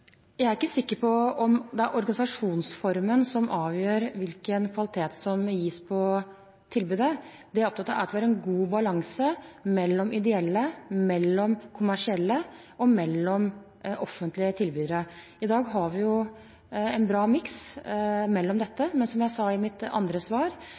Jeg er ikke sikker på om det er organisasjonsformen som avgjør hvilken kvalitet som gis på tilbudet. Det jeg er opptatt av, er at vi har en god balanse mellom ideelle, mellom kommersielle og mellom offentlige tilbydere. I dag har vi jo en bra miks mellom disse, men som jeg sa i mitt andre svar,